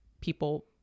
people